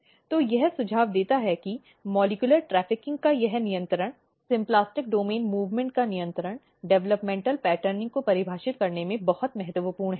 तो यह सुझाव देता है कि मॉलिक्यूलर ट्रैफिकिंग का यह नियंत्रण सिम्प्लास्टिक डोमेन मूव़्मॅन्ट का नियंत्रण डेवलपमेंटल पैटर्निंग को परिभाषित करने में बहुत महत्वपूर्ण है